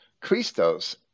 Christos